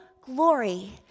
glory